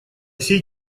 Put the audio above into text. сей